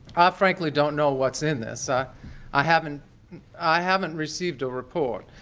ah frankly don't know what's in this. i i haven't i haven't received a report.